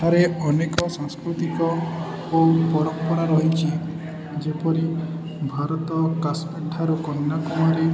ଏଠାରେ ଅନେକ ସାଂସ୍କୃତିକ ଓ ପରମ୍ପରା ରହିଛି ଯେପରି ଭାରତ କାଶ୍ମୀର ଠାରୁ କନ୍ୟାକୁମାରୀ